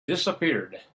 disappeared